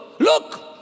Look